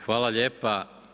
Hvala lijepa.